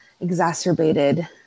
exacerbated